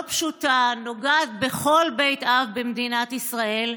לא פשוטה, נוגעת בכל בית אב במדינת ישראל,